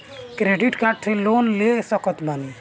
Credit card से loan ले सकत बानी?